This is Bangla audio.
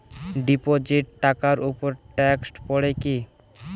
ডিপোজিট টাকার উপর ট্যেক্স পড়ে কি?